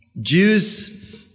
Jews